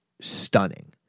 stunning